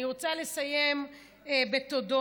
אני רוצה לסיים בתודות,